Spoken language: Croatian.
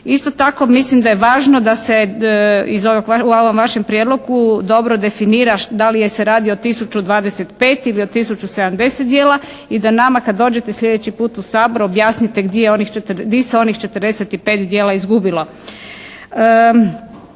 Isto tako mislim da je važno da se u ovom važnom prijedlogu dobro definira da li je se radi o tisuću 25 ili o tisuću 70 djela i da nama kad dođete slijedeći put u Sabor objasnite gdje se onih 45 djela izgubilo.